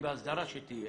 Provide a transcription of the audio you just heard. בהסדרה שתהיה